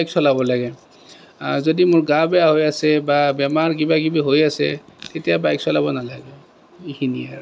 যদি মোৰ গা বেয়া হৈ আছে বা বেমাৰ কিবা কিবি হৈ আছে তেতিয়া বাইক চলাব নালাগে এইখিনিয়ে আৰু